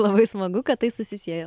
labai smagu kad tai susisieja